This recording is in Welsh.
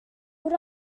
dŵr